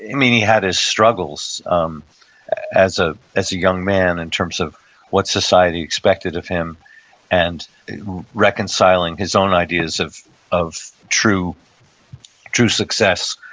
mean he had his struggles um as ah as a young man in terms of what society expected of him and reconciling his own ideas of of true true success.